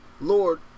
Lord